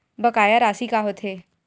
बकाया राशि का होथे?